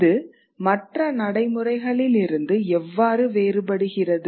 இது மற்ற நடைமுறைகளிலிருந்து எவ்வாறு வேறுபடுகிறது